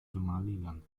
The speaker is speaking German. somaliland